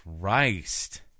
Christ